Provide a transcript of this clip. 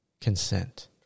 consent